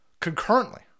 concurrently